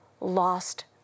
lost